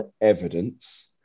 evidence